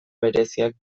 bereziak